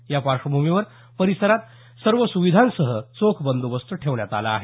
या पार्श्वभूमीवर परिसरात सर्व सुविधांसह चोख बंदोबस्त ठेवण्यात आला आहे